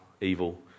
evil